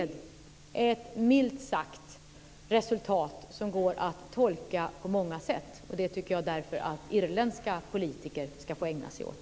Dennas resultat kan minst sagt tolkas på många sätt, och det tycker jag att irländska politiker ska få ägna sig åt.